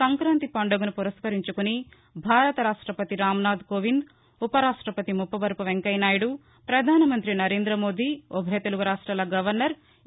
సంక్రాంతి పండుగను పురస్కరించుకుని భారత రాష్టపతి రాంనాథ్ కోవింద్ ఉపరాష్టపతి ముప్పవరపు వెంకయ్యనాయుడు పధాన మంత్రి నరేంద మోదీ ఉభయ తెలుగు రాష్టాల గవరన్నర్ ఇ